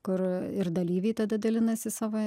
kur ir dalyviai tada dalinasi savo